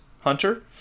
hunter